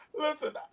Listen